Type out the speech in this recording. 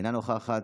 אינה נוכחת.